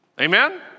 Amen